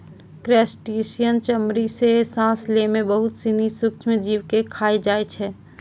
crustacean चमड़ी सें सांस लै में बहुत सिनी सूक्ष्म जीव के खाय जाय छै